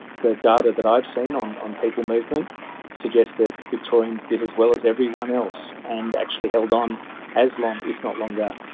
the data that i've seen on on people movement suggests that victorians did as well as everyone else and actually held on as long, if not longer,